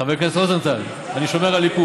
חלק, איפה,